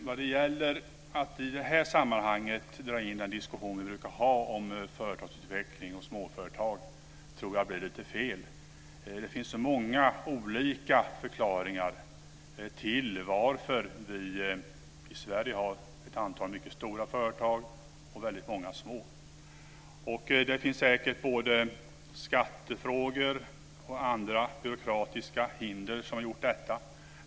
Fru talman! Att i detta sammanhang dra i gång den diskussion som vi brukar ha om företagsutveckling och småföretag tror jag blir lite fel. Det finns så många olika förklaringar till att vi i Sverige har ett antal mycket stora företag och väldigt många små företag. Det finns säkert både skattefrågor och andra byråkratiska hinder som har orsakat detta.